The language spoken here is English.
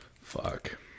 Fuck